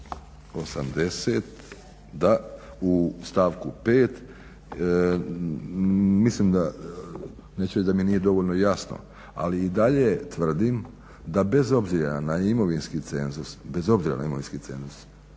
80, da, u stavku 5. mislim da, neću reći da mi nije dovoljno jasno ali i dalje tvrdim da bez obzira na imovinski cenzus, bez obzira na imovinski cenzus